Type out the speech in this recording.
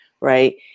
right